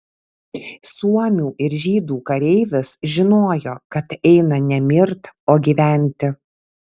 suomių ir žydų kareivis žinojo kad eina ne mirt o gyventi